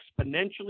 exponentially